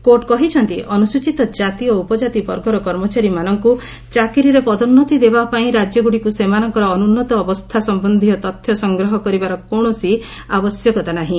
court କହିଛନ୍ତି ଅନୁସ୍ଚିତ ଜାତି ଓ ଉପଜାତି ବର୍ଗର କର୍ମଚାରୀମାନଙ୍କୁ ଚାକିରିରେ ପଦୋନ୍ନତି ଦେବାପାଇଁ ରାଜ୍ୟଗୁଡ଼ିକୁ ସେମାନଙ୍କର ଅନୁନ୍ନତ ଅବସ୍ଥା ସମ୍ୟନ୍ଧୀୟ ତଥ୍ୟ ସଂଗ୍ରହ କରିବାର କୌଣସି ଆବଶ୍ୟକତା ନାହିଁ